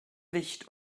wicht